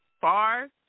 far